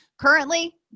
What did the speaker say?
Currently